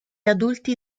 adulti